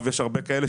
יש הרבה אנשים